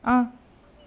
ah